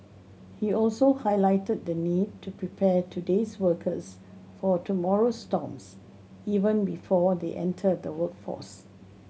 he also highlighted the need to prepare today's workers for tomorrow's storms even before they enter the workforce